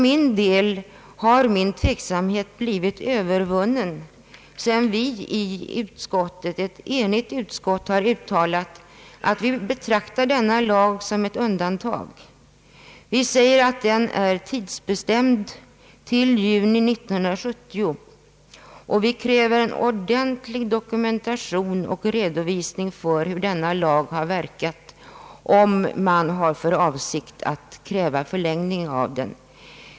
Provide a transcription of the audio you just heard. Min egen tveksamhet har blivit övervunnen sedan vi i utskottet — ett enigt utskott — har uttalat att vi betraktar denna lag som ett undantag. Vi säger att den är tidsbestämd till utgången av juni 1970. Vi kräver en ordentlig dokumentation och redovisning av hur denna lag verkat, om man har för avsikt att kräva förlängning av den.